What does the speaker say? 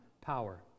power